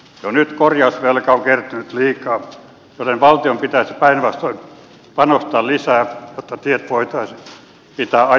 jo nyt korjausvelkaa on kertynyt liikaa joten valtion pitäisi päinvastoin panostaa lisää jotta tiet voitaisiin pitää ajokuntoisina